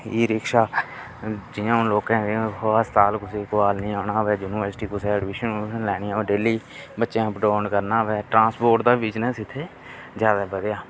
ई रिक्खा जि'यां हून लोकें अस्पताल कुसै गी कोई आदमिया जाना होै यूनिवर्सिटी कुसै एडमीशन अडमूशन लैनी होऐ डेली बच्चें अपडाउन करना होवे ट्रांसपोर्ट दा बिजनेस इत्थै ज्यदाा बधेआ